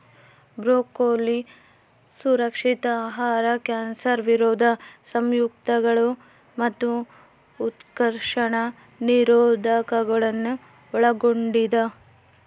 broccoli ಸುರಕ್ಷಿತ ಆಹಾರ cancer ವಿರೋಧಿ ಸಂಯುಕ್ತಗಳು ಮತ್ತು ಉತ್ಕರ್ಷಣ ನಿರೋಧಕಗುಳ್ನ ಒಳಗೊಂಡಿದ